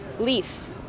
leaf